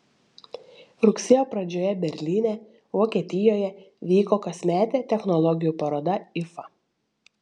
rugsėjo pradžioje berlyne vokietijoje vyko kasmetė technologijų paroda ifa